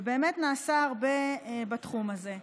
ובאמת נעשה הרבה בתחום הזה.